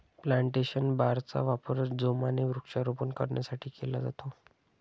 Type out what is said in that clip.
plantation बारचा वापर जोमाने वृक्षारोपण करण्यासाठी केला जातो